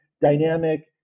dynamic